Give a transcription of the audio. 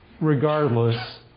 regardless